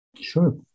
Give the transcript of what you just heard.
Sure